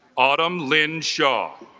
autumn lynn shaw